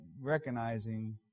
recognizing